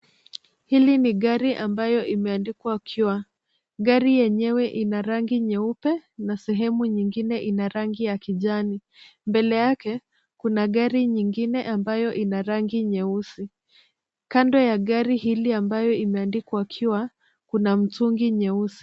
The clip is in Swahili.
Hili ni gari ambayo imeandikwa Cure. Gari yenyewe ina rangi nyeupe na sehemu nyingine ina rangi ya kijani. Mbele yake kuna gari nyingine ambayo ina rangi nyeusi. Kando ya gari hili ambayo imeandikwa Cure, kuna mtungi nyeusi.